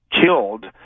killed